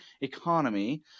economy